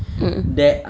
mm mm